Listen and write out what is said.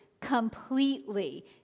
completely